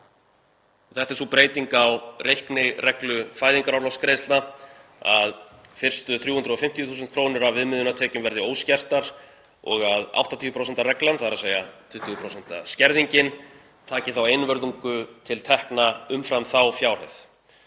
Þetta er sú breyting á reiknireglu fæðingarorlofsgreiðslna að fyrstu 350.000 kr. af viðmiðunartekjum verði óskertar og að 80% reglan, það er 20% skerðingin, taki þá einvörðungu til tekna umfram þá fjárhæð.